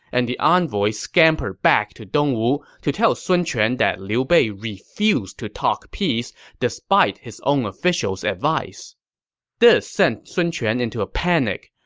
and the envoy scampered back to dongwu to tell sun quan that liu bei refused to talk peace despite his own officials' advice this sent sun quan into a panic,